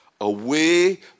away